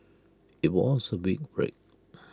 IT was A big break